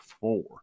four